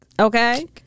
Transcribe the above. Okay